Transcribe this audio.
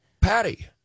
Patty